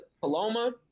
Paloma